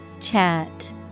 Chat